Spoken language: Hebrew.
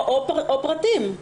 או פרטים.